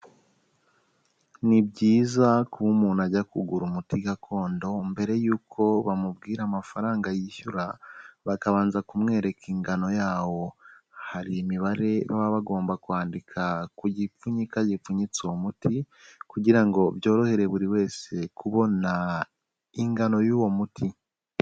Ni byiza kuba umuntu ajya kugura umuti gakondo mbere yuko bamubwira amafaranga yishyura, bakabanza kumwereka ingano yawo. Hari imibare baba bagomba kwandika ku gipfunyika gipfunyitse uwo muti, kugira ngo byorohere buri wese kubona ingano y'uwo muti.